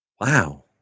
Wow